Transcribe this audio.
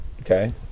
Okay